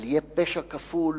אבל יהיה פשע כפול